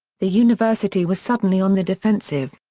the university was suddenly on the defensive.